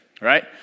Right